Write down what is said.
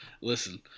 Listen